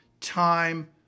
time